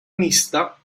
mista